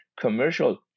commercial